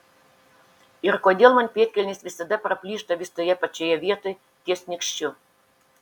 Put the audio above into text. ir kodėl man pėdkelnės visada praplyšta vis toje pačioje vietoj ties nykščiu